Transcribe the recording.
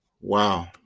Wow